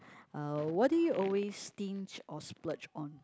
uh what do you always stinge or splurge on